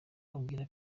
abwira